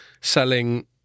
selling